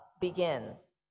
begins